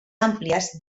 àmplies